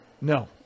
No